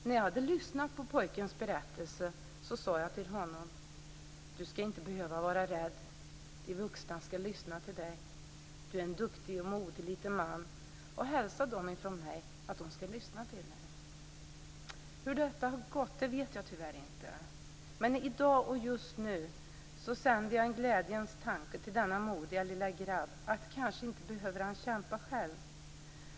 När jag hade lyssnat på pojkens berättelse sade jag till honom: Du skall inte behöva vara rädd. De vuxna skall lyssna till dig. Du är en duktig och modig liten man. Hälsa dem från mig att de skall lyssna på dig. Hur detta har gått vet jag tyvärr inte. Men i dag och just nu sänder jag en glädjens tanke till denna modiga lilla grabb. Kanske behöver han inte kämpa själv.